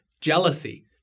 jealousy